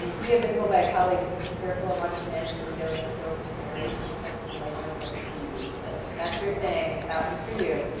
we have been told by a colleague, be careful of watching man in the window. it's so scary, she slept with the lights on for like three weeks. so if that's your thing, that one's for you.